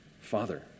Father